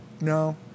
No